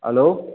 hello